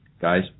Guys